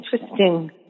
interesting